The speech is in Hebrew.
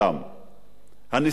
הניסיון להשתלט,